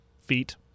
feet